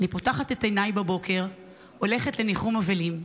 אני פותחת את עיניי בבוקר, הולכת לניחום אבלים,